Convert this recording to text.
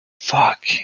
fuck